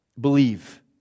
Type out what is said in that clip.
Believe